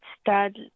start